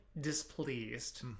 displeased